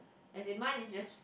as in mine is just